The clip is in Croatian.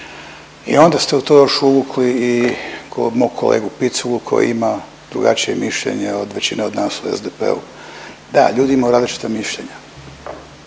i onda ste u to još uvukli i mog kolegu Piculu koji ima drugačije mišljenje od većine od nas u SDP-u. Da, ljudi imaju različita mišljenja